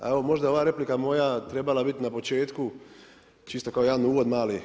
Evo možda je ova replika moja trebala biti na početku čisto kao jedan uvod mali.